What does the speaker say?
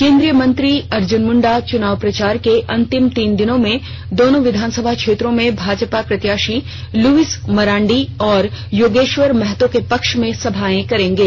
केन्द्रीय मंत्री अर्जुन मुंडा चुनाव प्रचार के अंतिम तीन दिनों में दोनों विधानसभा क्षेत्रों में भाजपा प्रत्याशी लुईस मरांडी और योगेश्वर महतो के पक्ष में सभाएं करेंगे